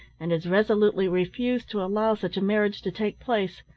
and has resolutely refused to allow such a marriage to take place.